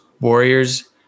Warriors